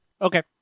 Okay